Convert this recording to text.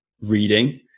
reading